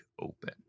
open